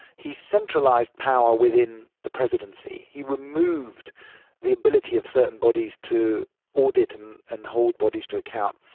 he centralised power within the presidency, he removed the ability of certain bodies to audit and and hold bodies to account,